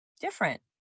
different